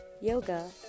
yoga